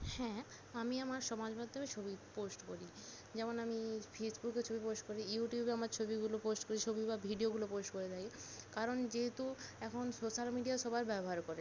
হ্যাঁ আমি আমার সমাজ মাধ্যমে ছবি পোস্ট করি যেমন আমি ফেসবুকে ছবি পোস্ট করি ইউটিউবে আমার ছবিগুলো পোস্ট করি ছবি বা ভিডিওগুলো পোস্ট করে থাকি কারণ যেহেতু এখন সোশাল মিডিয়া সবাই ব্যবহার করে